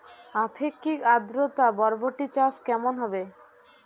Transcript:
আপেক্ষিক আদ্রতা বরবটি চাষ কেমন হবে?